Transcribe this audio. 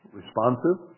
Responsive